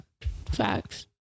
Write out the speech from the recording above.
Facts